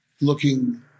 looking